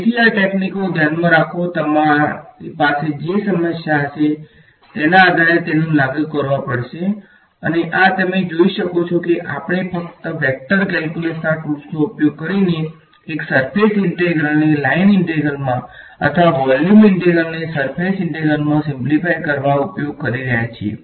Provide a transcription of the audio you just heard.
તેથી આ ટેકનિકો ધ્યાનમાં રાખો તમારે પાસે જે સમસ્યા હશે તેના આધારે તેને લાગુ કરવા પડશે અને આ તમે જોઈ શકો છો કે આપણે ફક્ત વેક્ટર કેલ્ક્યુલસના ટુલ્સનો ઉપયોગ કરીને એક સર્ફેસ ઈંટેગ્રલ ને લાઈન ઈંટેગ્રલમા અથવા વોલ્યુમ ઈંટેગ્રલ ને સર્ફેસ ઈંટેગ્રલમા સીમ્લિફાય કરવા ઉપયોગા કરી રહ્યા છીયે